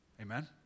Amen